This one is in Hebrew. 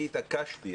שאני התעקשתי,